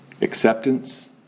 acceptance